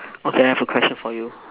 okay I have a question for you